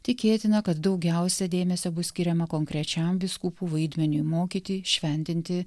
tikėtina kad daugiausia dėmesio bus skiriama konkrečiam vyskupų vaidmeniui mokyti šventinti